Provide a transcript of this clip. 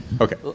Okay